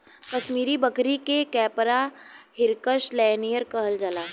कसमीरी बकरी के कैपरा हिरकस लैनिगर कहल जाला